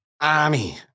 army